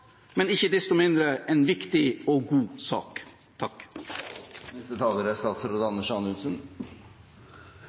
men ikke desto mindre en viktig og god sak.